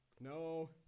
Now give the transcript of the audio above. no